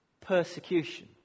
persecution